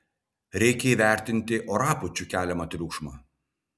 reikia įvertinti orapūčių keliamą triukšmą